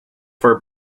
for